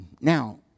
Now